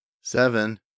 seven